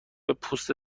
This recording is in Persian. پوست